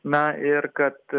na ir kad